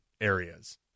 areas